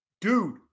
Dude